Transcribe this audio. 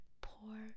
poor